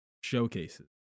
showcases